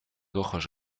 ojos